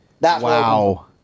Wow